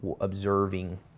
observing